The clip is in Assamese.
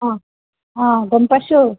অঁ অঁ গম পাইছোঁ